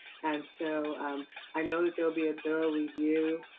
and so um i know there will be a thorough review.